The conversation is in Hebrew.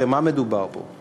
הרי על מה מדובר פה?